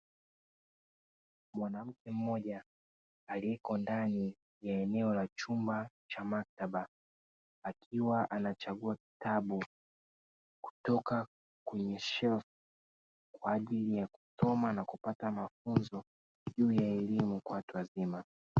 Mwanamke mmoja aliyeko ndani ya eneo la chumba cha maktaba akiwa anachagua kitabu kutoka kwenye shelfu, kwaajili ya kusoma na kupata mafunzo juu ya elimu kwa watu wazima.